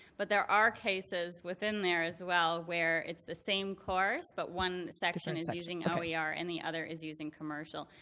but there are cases within there, as well, where it's the same course, but one section is using oer yeah and the other is using commercial.